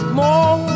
more